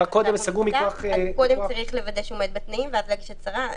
קודם צריך לוודא שהוא עומד בתנאים ואחר כך יש הצהרה.